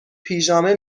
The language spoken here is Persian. پیژامه